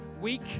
week